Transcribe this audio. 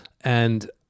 and-